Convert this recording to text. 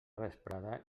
vesprada